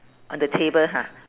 on the table ha